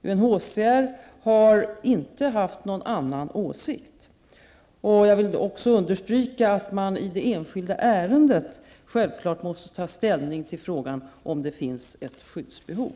UNHCR har inte haft någon annan åsikt. Jag vill också understryka att man i det enskilda ärendet självfallet måste ta ställning till frågan om det finns ett skyddsbehov.